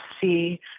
see